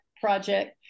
project